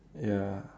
ya